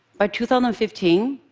by two thousand and fifteen,